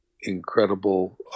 incredible